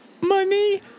Money